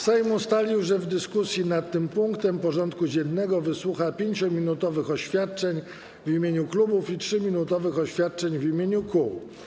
Sejm ustalił, że w dyskusji nad tym punktem porządku dziennego wysłucha 5-minutowych oświadczeń w imieniu klubów i 3-minutowych oświadczeń w imieniu kół.